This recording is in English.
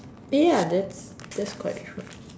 eh ya that's that's quite true